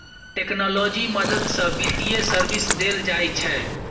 technology मदद सँ बित्तीय सर्विस देल जाइ छै